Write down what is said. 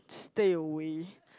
stay away